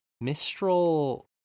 Mistral